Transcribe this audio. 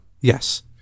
yes